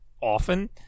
often